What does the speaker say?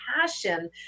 passion